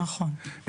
נכון.